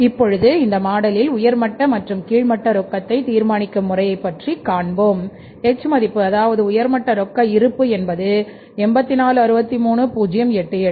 இப்பொழுது இந்த மாடலில் உயர்மட்ட மற்றும் கீழ்மட்ட ரொக்கத்தை தீர்மானிக்கும் முறையைப் பற்றி காண்போம் h மதிப்பு அதாவது உயர்மட்ட ரொக்க இருப்பு என்பது 8463088